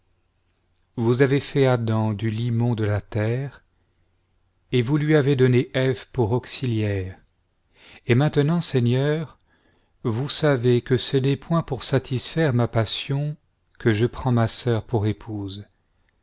vous avez fait adam du limon de la terre et vous lui avez donné eve pour auxiliaire et maintenant seigneur vous savez que ce n'est point pour satisfaire ma passion que je prends ma sœur pour épouse